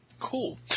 Cool